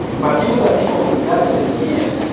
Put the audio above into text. but given that people invested in him,